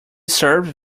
served